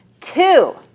Two